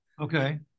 Okay